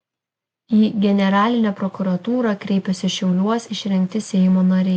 į generalinę prokuratūrą kreipėsi šiauliuos išrinkti seimo nariai